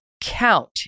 count